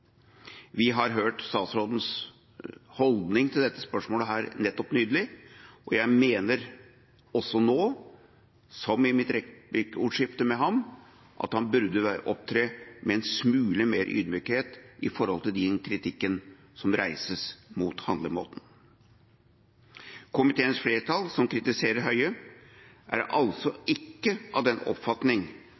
Vi har hørt statsrådens holdning til dette spørsmålet nettopp, og jeg mener også nå, som i mitt replikkordskifte med ham, at han burde opptre med en smule mer ydmykhet med tanke på den kritikken som reises mot handlemåten. Komiteens flertall, som kritiserer Høie, er altså ikke av den oppfatning